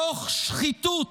תוך שחיתות